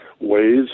ways